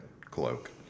cloak